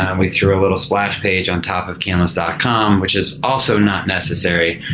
um we threw a little splash page on top of canlis. ah com which is also not necessary.